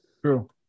true